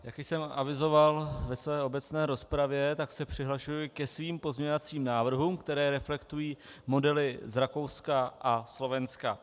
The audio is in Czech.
Jak již jsem avizoval ve své obecné rozpravě, přihlašuji se ke svým pozměňovacím návrhům, které reflektují modely z Rakouska a Slovenska.